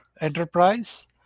enterprise